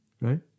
Right